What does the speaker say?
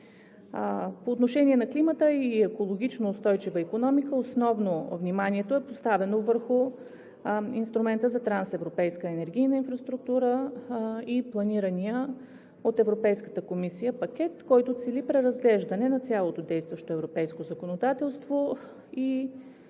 По отношение на климата и екологично устойчива икономика основно вниманието е поставено върху инструмента за трансевропейска енергийна инфраструктура и планирания от Европейската комисия пакет, който цели преразглеждане на цялото действащо европейско законодателство и